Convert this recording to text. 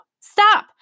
stop